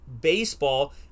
Baseball